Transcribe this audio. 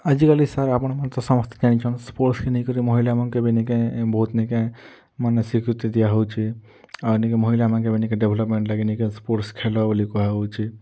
ଆଜିକାଲି ସାର୍ ଆପଣ୍ମାନେ ତ ସମସ୍ତେ ଜାଣିଛନ୍ତି ସ୍ପୋର୍ଟ୍ ନେଇକରି ମହିଳାମାନ୍କେ ବି ନିକେଁ ବହୁତ୍ ନିକେଁ ମାନେ ସ୍ୱୀକୃତି ଦିଆ ହଉଛେ ଆଉ ନିକେଁ ମହିଳାମାନଙ୍କ ନିକେଁ ଡେଭ୍ଲପ୍ମେଣ୍ଟ୍ ଲାଗି ନିକେଁ ସ୍ପୋର୍ଟ୍ ଖେଲ ବୋଲି କୁହା ହଉଛେ